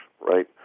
right